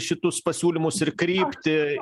šitus pasiūlymus ir kryptį